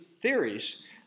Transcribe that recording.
theories